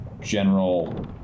general